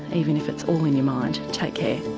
even if it's all in your mind. take care